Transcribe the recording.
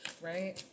right